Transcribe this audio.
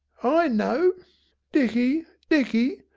i know dicky, dicky!